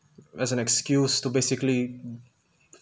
as an excuse to basically